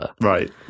Right